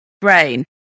brain